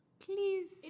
Please